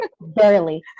Barely